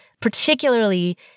particularly